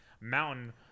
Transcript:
mountain